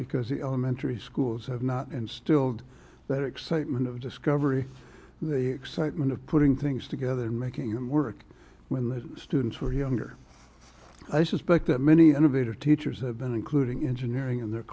because the elementary schools have not and still that excitement of discovery the excitement of putting things together and making it work when the students were younger i suspect that many innovative teachers have been including engineering in their